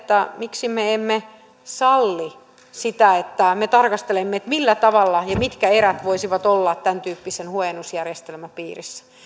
miksi me emme salli sitä että me tarkastelemme millä tavalla ja ja mitkä erät voisivat olla tämän tyyppisen huojennusjärjestelmän piirissä